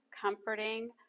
comforting